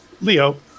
Leo